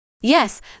Yes